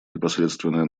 непосредственное